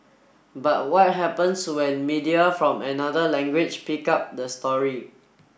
but what happens when media from another language pick up the story